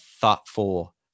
thoughtful